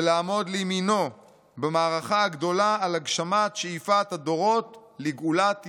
ולעמוד לימינו במערכה הגדולה על הגשמת שאיפת הדורות לגאולת ישראל.